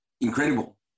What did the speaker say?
incredible